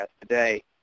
today